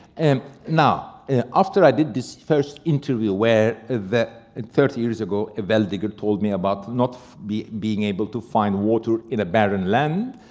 and now, after i did this first interview where and thirty years ago, a well-digger told me about not being being able to find water in a barren land,